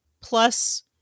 plus